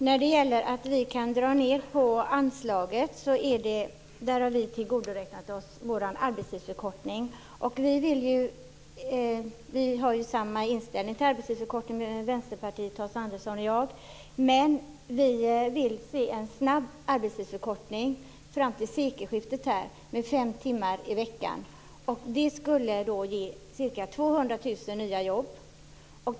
Herr talman! Vad gäller neddragningen av anslaget vill jag säga att vi har räknat in vårt förslag till arbetstidsförkortning. Vänsterpartiet, Hans Andersson och jag har ju samma inställning till arbetstidsförkortning. Vi vill dock från vårt håll se en snabb arbetstidsförkortning om fem timmar i veckan fram till sekelskiftet. Detta skulle ge ca 200 000 nya jobb.